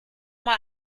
mal